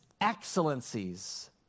excellencies